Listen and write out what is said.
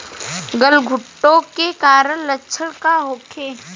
गलघोंटु के कारण लक्षण का होखे?